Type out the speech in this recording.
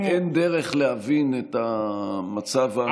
אין דרך להבין את המצב הזה,